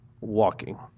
walking